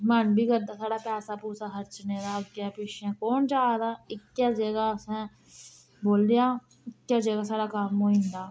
मन बी करदा साढ़ा पैसा पुसा खरचने दा अग्गें पिच्छे कौन जा दा इक्कै जगह असें बोलेआ इक्कै जगह साढ़ा कम्म होई जंदा